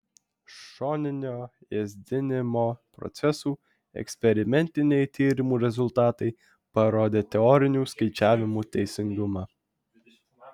šoninio ėsdinimo procesų eksperimentiniai tyrimų rezultatai parodė teorinių skaičiavimų teisingumą